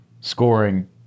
scoring